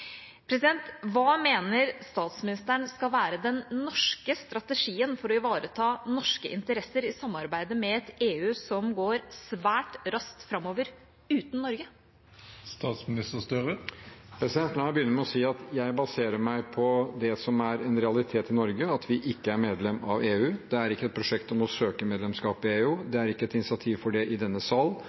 Hva mener statsministeren skal være den norske strategien for å ivareta norske interesser i samarbeidet med et EU som går svært raskt framover uten Norge? La meg begynne med å si at jeg baserer meg på det som er en realitet i Norge – at vi ikke er medlem av EU, det er ikke et prosjekt om å søke medlemskap i EU, det er ikke et initiativ for det i denne sal,